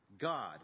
God